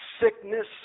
sickness